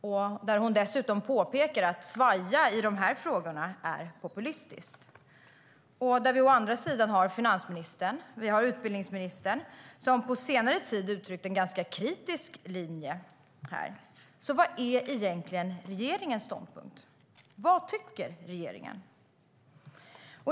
Dessutom påpekar hon att det är populistiskt att svaja i de här frågorna. Å andra sidan har vi finansministern och utbildningsministern, som på senare tid visat en ganska kritisk hållning. Vad är egentligen regeringens ståndpunkt? Vad tycker regeringen?